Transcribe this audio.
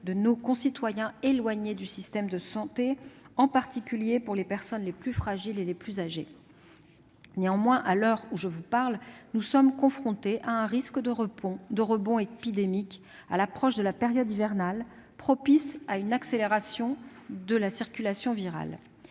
de nos concitoyens éloignés du système de santé, en particulier des personnes les plus fragiles et les plus âgées. Néanmoins, à l'heure où je vous parle, nous sommes confrontés à un risque de rebond épidémique, à l'approche de la période hivernale, propice à une accélération de la circulation virale.